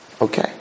Okay